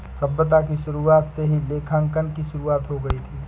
सभ्यता की शुरुआत से ही लेखांकन की शुरुआत हो गई थी